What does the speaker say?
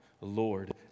Lord